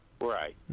right